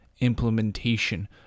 implementation